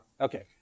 Okay